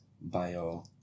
Bio